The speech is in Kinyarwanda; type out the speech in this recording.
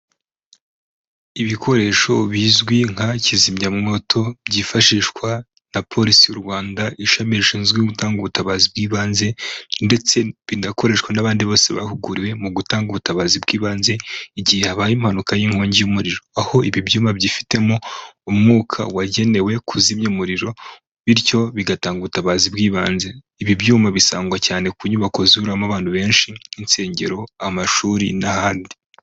Ibikoresho bizwi nka kizimyamwoto, byifashishwa na polisi y'u Rwanda ishami rishinzwe gutanga ubutabazi bw'ibanze, ndetse binakoreshwa n'abandi bose bahuguriwe mu gutanga ubutabazi bw'ibanze, igihe habaye impanuka y'inkongi y'umuriro. Aho ibi byuma byifitemo umwuka wagenewe kuzimya umuriro bityo bigatanga ubutabazi bw'ibanze. Ibi byuma bisangwa cyane ku nyubako zihuriramo abantu benshi, insengero, amashuri n'ahandi.